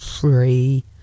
free